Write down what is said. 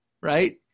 right